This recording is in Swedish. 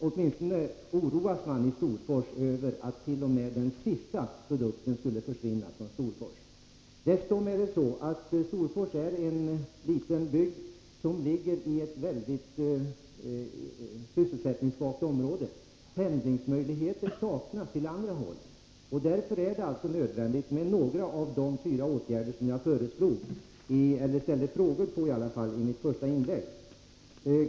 Åtminstone oroas man i Storfors över att t.o.m. den sista produkten skulle försvinna från Storfors. Dessutom är Storfors en liten bygd som ligger i ett mycket sysselsättningssvagt område. Pendlingsmöjligheter till andra områden saknas. Därför är det nödvändigt med några av de fyra åtgärder som jag ställde frågor beträffande i mitt första inlägg.